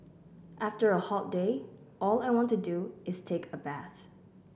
after a hot day all I want to do is take a bath